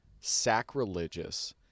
sacrilegious